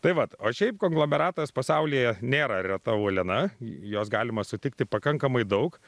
tai vat o šiaip konglomeratas pasaulyje nėra reta uoliena jos galima sutikti pakankamai daug